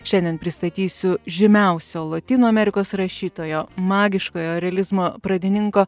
šiandien pristatysiu žymiausio lotynų amerikos rašytojo magiškojo realizmo pradininko